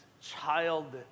child